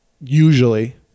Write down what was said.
usually